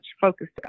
focused